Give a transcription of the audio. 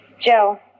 Joe